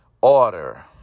order